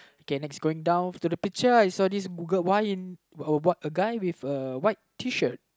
K next going down to the picture I saw this Googled why in uh a guy with a white Tshirt